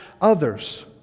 others